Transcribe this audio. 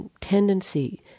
tendency